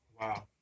Wow